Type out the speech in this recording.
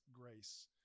grace